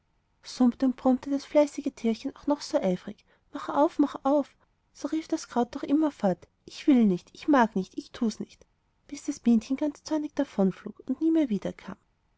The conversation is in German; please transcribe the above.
brummte das fleißige tierchen auch noch so eifrig mach auf mach auf so rief das kraut doch immerfort ich will nicht ich mag nicht ich tu's nicht bis das bienchen ganz zornig davonflog und nie mehr wiederkam